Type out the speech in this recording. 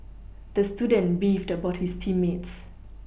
the student beefed about his team mates